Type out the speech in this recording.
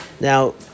Now